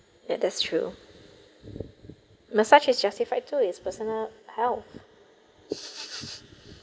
ya that's true massage is justified too is personal health